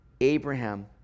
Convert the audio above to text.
Abraham